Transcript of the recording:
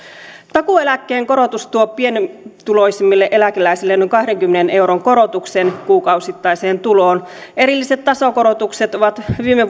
takuueläkkeen korotus tuo pienituloisimmille eläkeläisille noin kahdenkymmenen euron korotuksen kuukausittaiseen tuloon erilliset tasokorotukset ovat viime